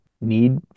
need